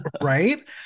right